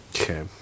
Okay